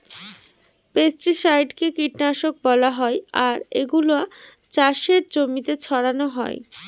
পেস্টিসাইডকে কীটনাশক বলা হয় আর এগুলা চাষের জমিতে ছড়ানো হয়